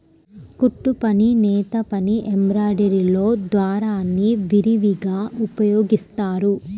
కుట్టుపని, నేతపని, ఎంబ్రాయిడరీలో దారాల్ని విరివిగా ఉపయోగిస్తారు